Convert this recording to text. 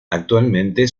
actualmente